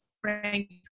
Frank